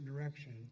direction